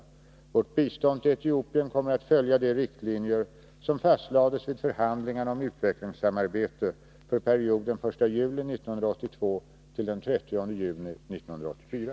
Vårt bistånd till Etiopien kommer att följa de riktlinjer som fastlades vid förhandlingarna om utvecklingssamarbete för perioden den 1 juli 1982-den 30 juni 1984.